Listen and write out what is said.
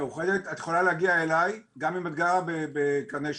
במאוחדת את יכולה להגיע אליי גם אם את גרה בקרני שומרון,